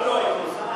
מה לא הייתי עושה?